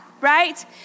right